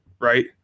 right